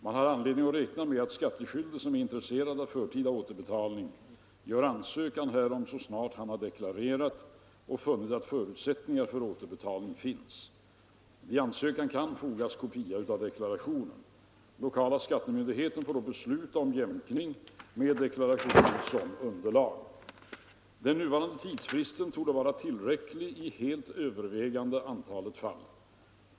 Man har anledning räkna med att skattskyldig, som är intresserad av förtida återbetalning, gör ansökan härom så snart han har deklarerat och funnit att förutsättningar för återbetalning finns. Vid ansökan kan fogas kopia av deklarationen. Lokala skattemyndigheten får då besluta om jämkning med deklarationen som underlag. Den nuvarande tidsfristen torde vara tillräcklig i det helt övervägande antalet fall.